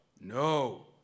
No